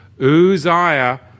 Uzziah